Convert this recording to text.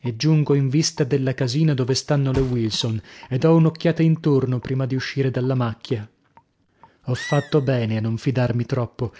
e giungo in vista della casina dove stanno le wilson e do un'occhiata intorno prima di uscire dalla macchia ho fatto bene a non fidarmi troppo